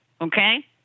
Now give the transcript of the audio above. okay